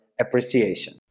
appreciation